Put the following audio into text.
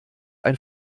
ein